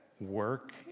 work